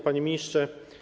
Panie Ministrze!